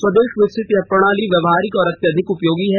स्वदेश विकसित यह प्रणाली व्यवहारिक और अत्यधिक उपयोगी है